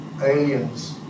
Aliens